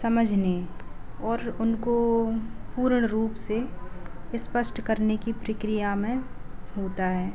समझने और उनको पूर्ण रूप से स्पष्ट करने की प्रक्रिया में होता है